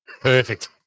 Perfect